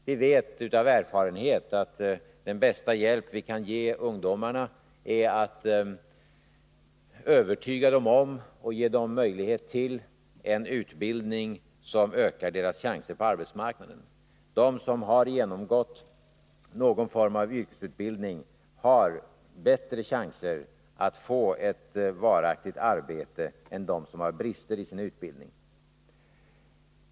Vi vet av erfarenhet att den bästa hjälp vi kan ge ungdomarna är att övertyga dem om att de behöver utbildning och att sedan ge dem möjlighet till en utbildning som ökar deras chanser på arbetsmarknaden. De som har genomgått någon form av yrkesutbildning har bättre chanser att få ett varaktigt arbete än de som har brister i sin utbildning.